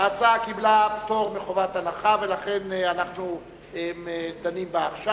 ההצעה קיבלה פטור מחובת הנחה ולכן אנחנו דנים בה עכשיו.